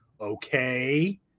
Okay